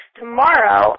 tomorrow